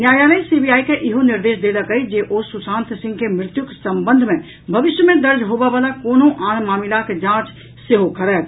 न्यायालय सीबीआई के इहो निर्देश देलक अछि जे ओ सुशांत सिंह के मृत्युक संबंध मे भविष्य मे दर्ज होबय वला कोनो आन मामिलाक जांच सेहो करथि